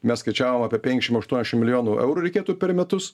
mes skaičiavom apie penkiašim aštuoniašim milijonų eurų reikėtų per metus